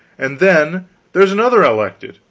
and then there's another elected,